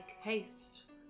haste